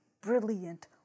brilliant